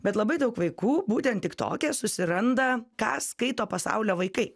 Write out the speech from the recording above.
bet labai daug vaikų būtent tik tokia susiranda ką skaito pasaulio vaikai